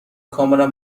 کاملا